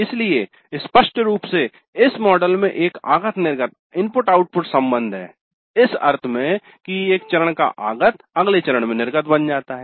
इसलिए स्पष्ट रूप से इस मॉडल में एक आगत निर्गत इनपुट आउटपुट संबंध है इस अर्थ में कि एक चरण का आगत अगले चरण में निर्गत बन जाता है